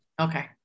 okay